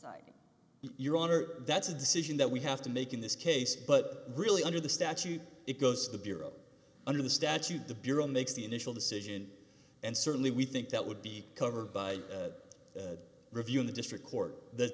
deciding your honor that's a decision that we have to make in this case but really under the statute it goes to the bureau under the statute the bureau makes the initial decision and certainly we think that would be covered by a review in the district court that